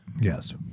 Yes